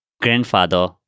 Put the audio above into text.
grandfather